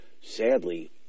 sadly